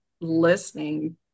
listening